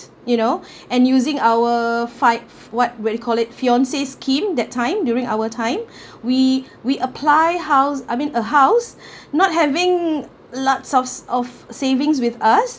you know and using our fight what will you call it fiance scheme that time during our time we we apply house I mean a house not having lots of of savings with us